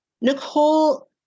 Nicole